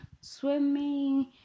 swimming